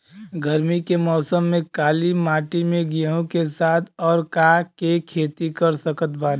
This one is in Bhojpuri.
गरमी के मौसम में काली माटी में गेहूँ के साथ और का के खेती कर सकत बानी?